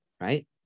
right